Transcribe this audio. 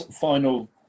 final